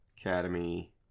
Academy